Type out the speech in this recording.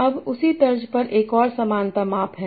अब उसी तर्ज पर एक और समानता माप है